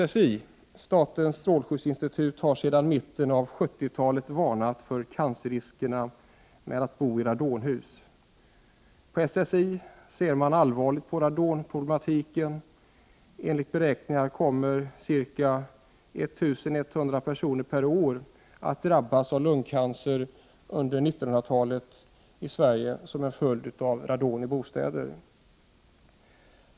SSI, statens strålskyddsinstitut, har sedan mitten av 1970-talet varnat för cancerriskerna med att bo i radonhus. På SSI ser man allvarligt på radonproblematiken. Enligt beräkningar kommer ca 1 100 personer per år att drabbas av lungcancer under 1990-talet i Sverige som en följd av radon i bostäder.